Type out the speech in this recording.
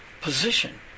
position